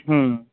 ம்